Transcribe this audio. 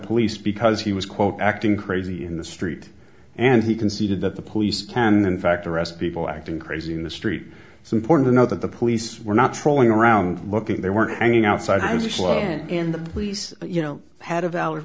police because he was quote acting crazy in the street and he conceded that the police can in fact arrest people acting crazy in the street it's important to know that the police were not strolling around looking they were hanging outside as usual and the police you know had a valid